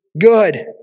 good